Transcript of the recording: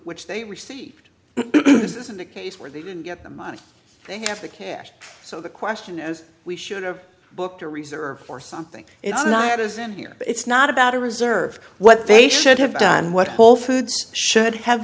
which they received this isn't a case where they didn't get the money they have the cash so the question is we should have booked a reserve or something it's not is in here it's not about a reserve what they should have done what whole foods should have